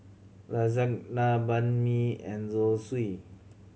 Lasagna Banh Mi and Zosui